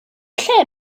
lle